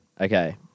Okay